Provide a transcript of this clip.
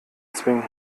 zwingen